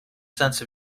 sense